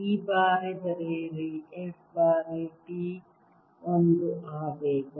ಈ ಬಾರಿ ಬರೆಯಿರಿ F ಬಾರಿ t ಒಂದು ಆವೇಗ